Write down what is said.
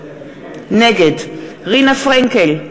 נגד רינה פרנקל,